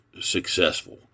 successful